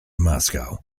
moscow